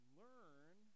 learn